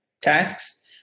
tasks